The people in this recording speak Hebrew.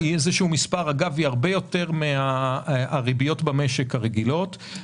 היא הרבה יותר גבוהה מן הריביות הרגילות במשק.